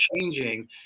changing